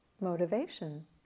motivation